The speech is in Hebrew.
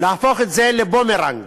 להפוך את זה לבומרנג.